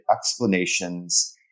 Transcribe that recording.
explanations